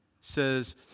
says